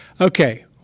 Okay